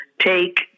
take